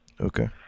Okay